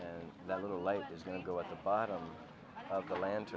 and that little light is going to go at the bottom of the lan